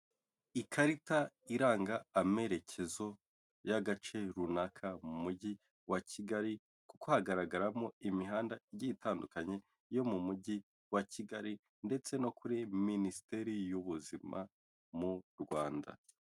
Ikarita iranga amerekezo y'agace runaka mu mujyi wa Kigali kuko hagaragaramo imihanda igiye itandukanye yo mu mujyi wa Kigali ndetse no kuri minisiteri y'ubuzima mu Rwanda.